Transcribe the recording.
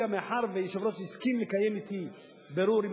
מאחר שיושב-ראש הקואליציה הסכים לקיים בירור בשבוע הבא אתי,